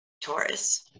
Taurus